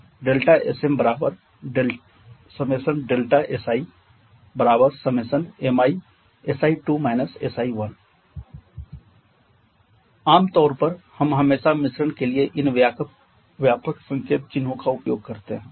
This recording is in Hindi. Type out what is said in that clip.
Sm i1kSi i1kmi si 2 si 1 आम तौर पर हम हमेशा मिश्रण के लिए इन व्यापक संकेत चिन्हों को उपयोग करते हैं